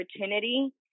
opportunity